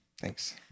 thanks